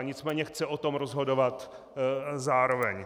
Nicméně chce o tom rozhodovat zároveň.